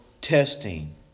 testing